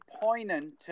poignant